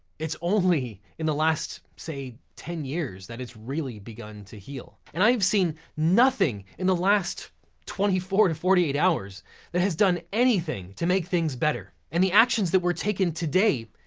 it's only in the last say ten years that it's really begun to heal. and i've seen nothing in the last twenty four to forty eight hours that has done anything to make things better. and the actions that were taken today,